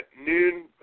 noon